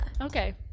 Okay